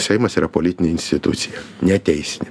seimas yra politinė institucija ne teisinė